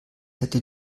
hätte